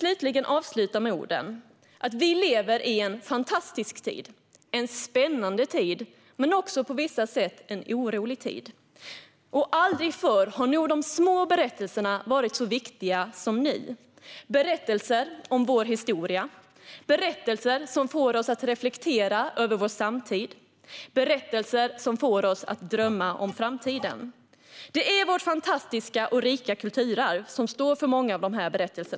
Låt mig avsluta med orden att vi lever i en fantastisk tid, en spännande tid men på vissa sätt också en orolig tid. Aldrig förr har nog de små berättelserna varit så viktiga som nu - berättelser om vår historia, berättelser som får oss att reflektera över vår samtid och berättelser som får oss att drömma om framtiden. Det är vårt fantastiska och rika kulturarv som står för många av dessa berättelser.